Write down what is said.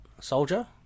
Soldier